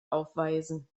aufweisen